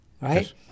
right